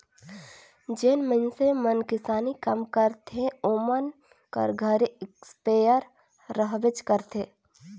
जेन मइनसे मन किसानी काम करथे ओमन कर घरे इस्पेयर रहबेच करथे